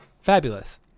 Fabulous